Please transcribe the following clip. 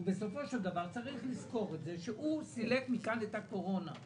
ובסופו של דבר צריך לזכור את זה שהוא סילק מכאן את הקורונה.